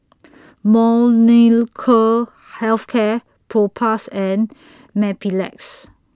Molnylcke Health Care Propass and Mepilex